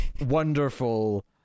wonderful